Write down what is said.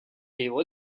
его